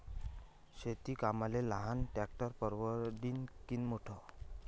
शेती कामाले लहान ट्रॅक्टर परवडीनं की मोठं?